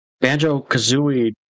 Banjo-Kazooie